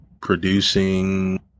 producing